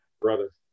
brothers